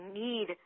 need